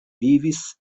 vivis